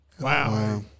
Wow